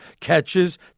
catches